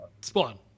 Spawn